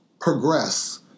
progress